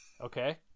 Okay